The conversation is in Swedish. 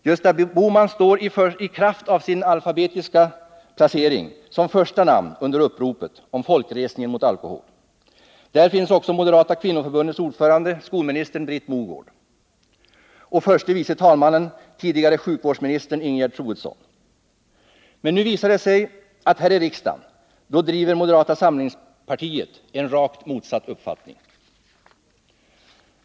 Gösta Bohman står i kraft av sin alfabetiska placering som första namn under uppropet om folkresningen mot alkohol. Där finns också det moderata kvinnoförbundets ordförande, skolministern Britt Mogård, och förste vice talmannen, förra sjukvårdsministern Ingegerd Troedsson. Men nu visar det sig att här i riksdagen driver moderata samlingspartiet en rakt motsatt uppfattning.